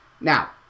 Now